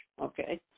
okay